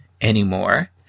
anymore